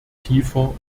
tiefer